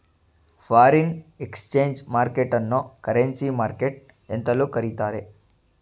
foreign exchange market ಅನ್ನೋ currency market ಎಂತಲೂ ಕರಿತ್ತಾರೆ